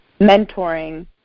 mentoring